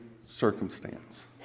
circumstance